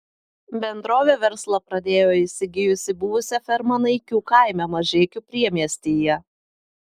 bendrovė verslą pradėjo įsigijusi buvusią fermą naikių kaime mažeikių priemiestyje